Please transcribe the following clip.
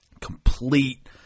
complete